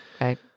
Right